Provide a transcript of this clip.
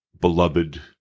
beloved